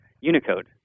Unicode